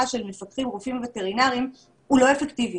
של מפקחים רופאים וטרינריים הוא לא אפקטיבי